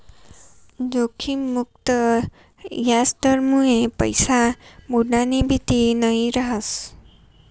जोखिम मुक्त याजदरमुये पैसा बुडानी भीती नयी रहास